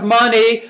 money